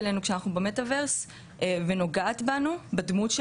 לייצר חוויה שלא שונה מהמרחב הפיזי.